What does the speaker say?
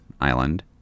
island